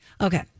okay